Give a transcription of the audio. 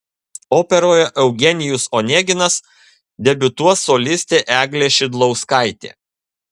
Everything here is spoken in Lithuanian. operoje eugenijus oneginas debiutuos solistė eglė šidlauskaitė